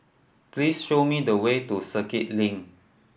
please show me the way to Circuit Link